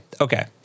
okay